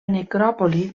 necròpoli